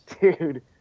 dude